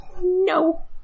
No